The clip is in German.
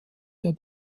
der